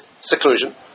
seclusion